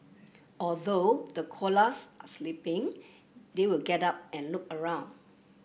although the koalas are sleeping they will get up and look around